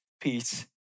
peace